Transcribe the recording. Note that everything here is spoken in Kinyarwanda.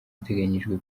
iteganyijwe